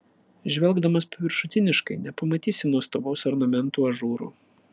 žvelgdamas paviršutiniškai nepamatysi nuostabaus ornamentų ažūro